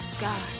God